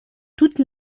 toute